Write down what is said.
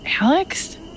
Alex